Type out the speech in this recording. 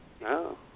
No